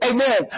Amen